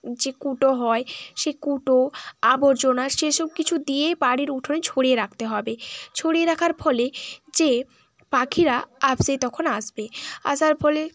যে কুটো হয় সে কুটো আবর্জনা সে সব কিছু দিয়েই বাড়ির উঠোনে ছড়িয়ে রাখতে হবে ছড়িয়ে রাখার ফলে যে পাখিরা আপসেই তখন আসবে আসার ফলে